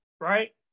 right